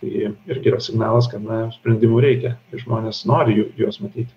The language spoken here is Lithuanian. tai irgi yra signalas kad na sprendimų reikia žmonės nori jų juos matyti